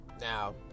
now